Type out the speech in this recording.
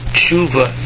tshuva